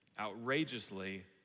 outrageously